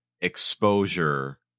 exposure